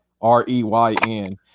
r-e-y-n